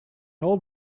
old